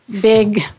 big